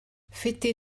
fêté